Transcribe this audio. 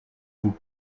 vous